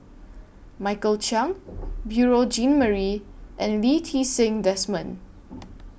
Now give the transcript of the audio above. Michael Chiang Beurel Jean Marie and Lee Ti Seng Desmond